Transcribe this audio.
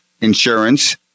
insurance